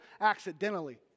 accidentally